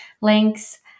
links